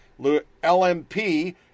LMP